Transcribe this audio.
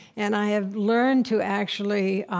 and i have learned to actually